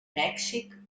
mèxic